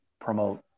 promote